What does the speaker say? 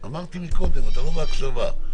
בבקשה.